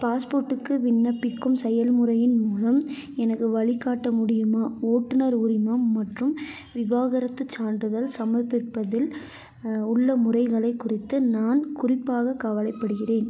பாஸ்போர்ட்டுக்கு விண்ணப்பிக்கும் செயல்முறையின் மூலம் எனக்கு வழிகாட்ட முடியுமா ஓட்டுநர் உரிமம் மற்றும் விவாகரத்துச் சான்றிதழ் சமர்ப்பிப்பதில் உள்ள முறைகளை குறித்து நான் குறிப்பாக கவலைப்படுகிறேன்